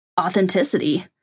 Authenticity